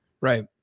Right